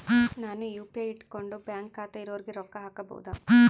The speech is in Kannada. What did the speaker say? ನಾನು ಯು.ಪಿ.ಐ ಇಟ್ಕೊಂಡು ಬ್ಯಾಂಕ್ ಖಾತೆ ಇರೊರಿಗೆ ರೊಕ್ಕ ಹಾಕಬಹುದಾ?